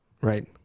right